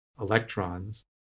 electrons